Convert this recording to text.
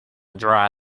dry